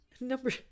number